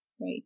right